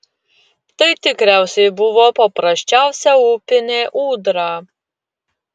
tai tikriausiai buvo paprasčiausia upinė ūdra